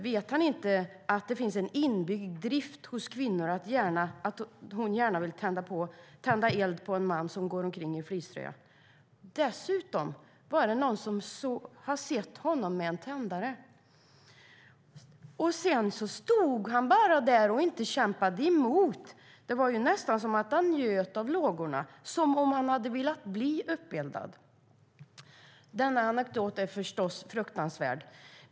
Vet han inte att det finns en inbyggd drift hos kvinnor att de gärna vill tända eld på en man som går omkring i fleecetröja? Dessutom har någon sett honom med en tändare. Sedan stod han där och kämpade inte emot! Det var nästan som att han njöt av lågorna, som om han velat bli uppeldad. Denna anekdot är förstås fruktansvärd.